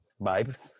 Vibes